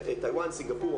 (הבית היהודי - האיחוד הלאומי): גרמניה.